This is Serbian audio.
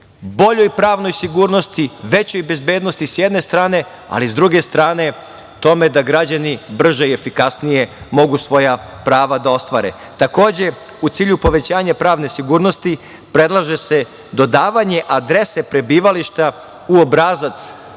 boljoj pravnoj sigurnosti, većoj bezbednosti s jedne strane, ali s druge strane tome da građani brže i efikasnije mogu svoja prava da ostvare. Takođe, u cilju povećanja pravne sigurnosti predlaže se dodavanje adrese prebivališta u obrazac